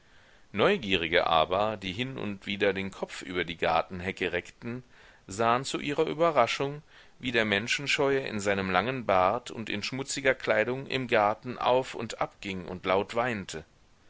neugierige aber die hin und nieder den kopf über die gartenhecke reckten sahen zu ihrer überraschung wie der menschenscheue in seinem langen bart und in schmutziger kleidung im garten auf und ab ging und laut weinte